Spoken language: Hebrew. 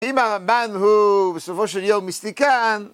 אם הבן הוא בסופו של יום מיסטיקן